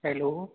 hello